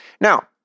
Now